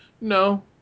No